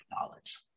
knowledge